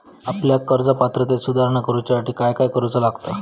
आपल्या कर्ज पात्रतेत सुधारणा करुच्यासाठी काय काय करूचा लागता?